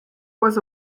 was